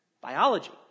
biology